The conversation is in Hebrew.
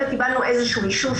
וקיבלנו איזשהו אישור,